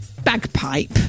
bagpipe